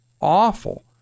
awful